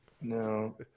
no